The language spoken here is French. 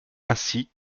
ainsi